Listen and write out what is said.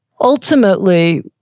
ultimately